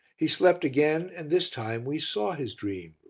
he slept again and this time we saw his dream.